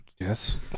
Yes